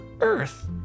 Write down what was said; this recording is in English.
earth